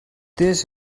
this